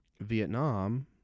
vietnam